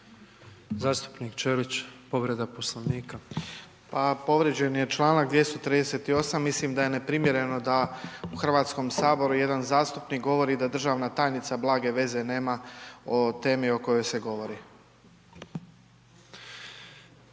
Zastupnik Ćelić povreda Poslovnika. **Ćelić, Ivan (HDZ)** Pa povrijeđen je članak 238. mislim da je neprimjereno da u Hrvatskom saboru jedan zastupnik govori da državna tajnica blage veze nema o temi o kojoj se govori.